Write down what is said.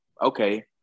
okay